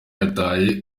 yataye